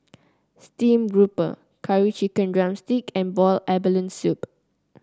Steamed Grouper Curry Chicken drumstick and Boiled Abalone Soup